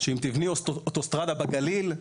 אם תבני אוטוסטרדה בגליל,